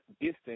distance